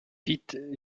pete